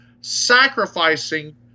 Sacrificing